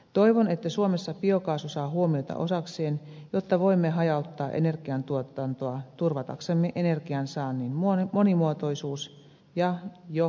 toivon että suomessa biokaasu saa huomiota osakseen jotta voimme hajauttaa energiantuotantoa turvataksemme energian saannin monimuotoisuuden ja jo huoltovarmuussyistä